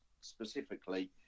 specifically